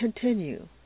continue